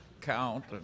count